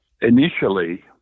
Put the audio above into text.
Initially